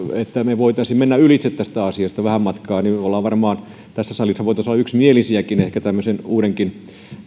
niin me voisimme mennä ylitse tästä asiasta vähän matkaa niin että tässä salissa voitaisiin ehkä olla yksimielisiä tämmöisen uudenkin